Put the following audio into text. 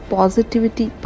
Positivity